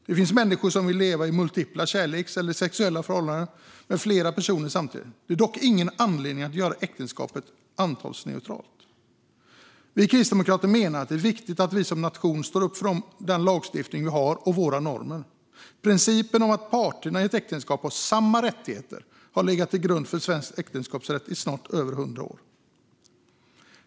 Det finns människor som vill leva i multipla kärleksförhållanden eller sexuella förhållanden med flera personer samtidigt. Det är dock ingen anledning att göra äktenskapet antalsneutralt. Vi kristdemokrater menar att det är viktigt att vi som nation står upp för den lagstiftning vi har och våra normer. Principen om att parterna i ett äktenskap har samma rättigheter har legat till grund för svensk äktenskapsrätt i snart 100 år.